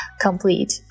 complete